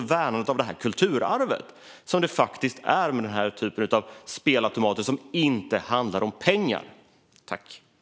Vad får det för konsekvenser för värnandet av det kulturarv som den här typen av spelautomater, som inte handlar om pengar, faktiskt är?